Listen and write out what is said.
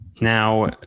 now